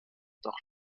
doch